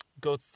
go